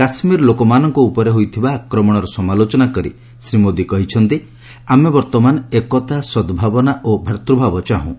କାଶ୍ମୀର ଲୋକମାନଙ୍କ ଉପରେ ହୋଇଥିବା ଆକ୍ରମଣର ସମାଲୋଚନା କରି ଶ୍ରୀ ମୋଦି କହିଛନ୍ତି ଆମେ ବର୍ତ୍ତମାନ ଏକତା ସଦ୍ଭାବନା ଓ ଭ୍ରାତୂଭାବ ଚାହୁଁ